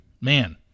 man